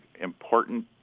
important